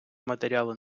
матеріали